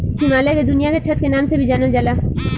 हिमालय के दुनिया के छत के नाम से भी जानल जाला